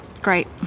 Great